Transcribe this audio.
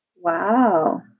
Wow